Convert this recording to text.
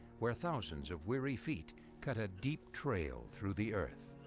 where thousands of weary feet cut a deep trail through the earth.